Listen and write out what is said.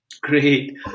Great